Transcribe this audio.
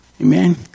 Amen